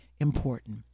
important